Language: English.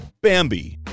Bambi